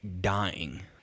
dying